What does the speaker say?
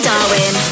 Darwin